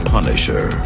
Punisher